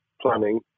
planning